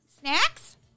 snacks